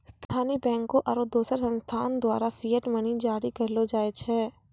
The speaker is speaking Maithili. स्थानीय बैंकों आरू दोसर संस्थान द्वारा फिएट मनी जारी करलो जाय छै